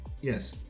Yes